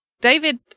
David